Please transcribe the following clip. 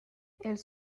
elle